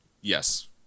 yes